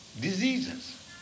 diseases